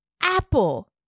Apple